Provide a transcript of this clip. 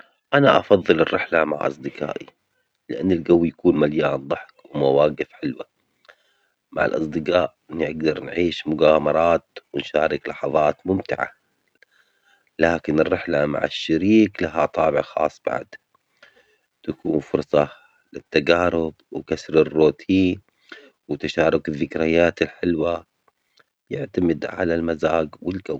هل تفضل الذهاب في رحلة مع أصدقائك أم مع شريكك؟ ولماذا؟